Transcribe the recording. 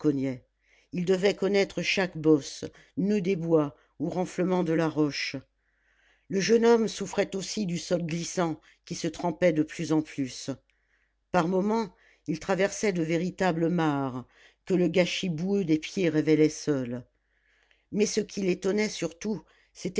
ils devaient connaître chaque bosse noeud des bois ou renflement de la roche le jeune homme souffrait aussi du sol glissant qui se trempait de plus en plus par moments il traversait de véritables mares que le gâchis boueux des pieds révélait seul mais ce qui l'étonnait surtout